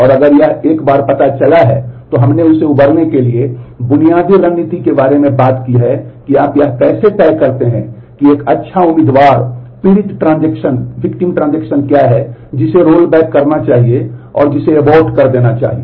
और अगर एक बार यह पता चला है तो हमने उससे उबरने के लिए बुनियादी रणनीति के बारे में बात की है कि आप यह कैसे तय करते हैं कि एक अच्छा उम्मीदवार पीड़ित ट्रांजेक्शन कर दिया जाना चाहिए